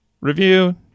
review